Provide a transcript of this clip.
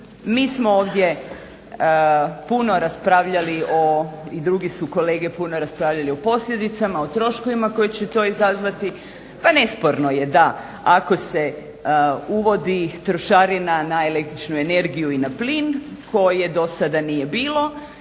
Mi smo ovdje puno raspravljali i drugi su kolege puno raspravljali o posljedicama, o troškovima koje će to izazvati, pa nesporno je da ako se uvodi trošarina na el.energiju i plin koje do sada nije bilo